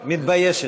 מתביישת.